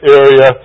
area